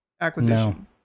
acquisition